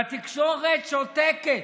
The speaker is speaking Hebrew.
והתקשורת שותקת.